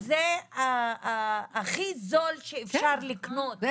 זה הכי זול שאפשר לקנות,